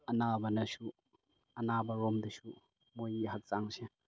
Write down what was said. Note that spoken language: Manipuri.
ꯑꯅꯥꯕꯅꯁꯨ ꯑꯅꯥꯕꯔꯣꯝꯗꯁꯨ ꯃꯣꯏꯒꯤ ꯍꯛꯆꯥꯡꯁꯦ